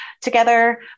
together